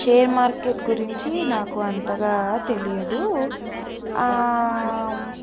share market గురించి నాకు అంతగా తెలియదు